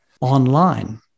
online